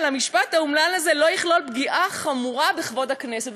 על המשפט האומלל הזה: לא יכלול פגיעה חמורה בכבוד הכנסת.